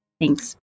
Thanks